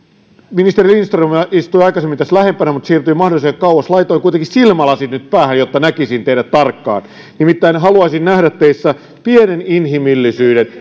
ministeri lindström istui aikaisemmin tässä lähempänä mutta siirtyi mahdollisimman kauas laitoin kuitenkin silmälasit nyt päähän jotta näkisin teidät tarkkaan nimittäin haluaisin nähdä teissä pienen inhimillisyyden